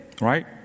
right